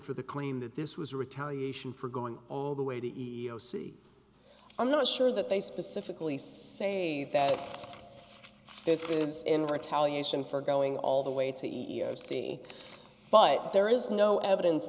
for the claim that this was a retaliation for going all the way the e e o c i'm not sure that they specifically say that this is in retaliation for going all the way to say but there is no evidence